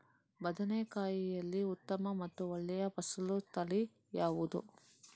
ಬದನೆಕಾಯಿಯಲ್ಲಿ ಉತ್ತಮ ಮತ್ತು ಒಳ್ಳೆಯ ಫಸಲು ತಳಿ ಯಾವ್ದು?